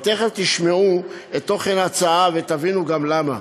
ותכף תשמעו את תוכן ההצעה ותבינו גם למה.